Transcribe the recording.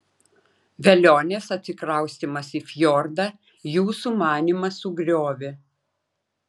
velionės atsikraustymas į fjordą jų sumanymą sugriovė